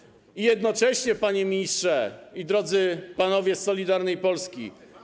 I jednocześnie, panie ministrze, i drodzy panowie z Solidarnej Polski.